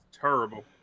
terrible